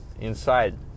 inside